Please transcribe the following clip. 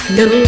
no